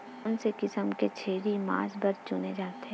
कोन से किसम के छेरी मांस बार चुने जाथे?